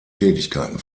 tätigkeiten